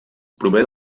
prové